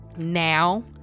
now